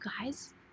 guys